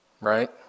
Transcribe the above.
Right